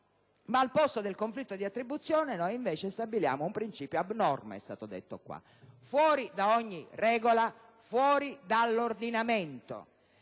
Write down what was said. Ma al posto del conflitto di attribuzione, noi stabiliamo invece un principio abnorme - come è stato detto qui - fuori da ogni regola, fuori dall'ordinamento,